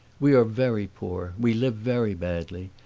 we are very poor, we live very badly.